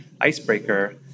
icebreaker